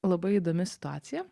labai įdomi situacija